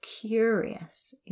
curious